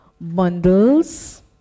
bundles